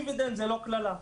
דיבידנד זה לא קללה.